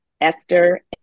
Esther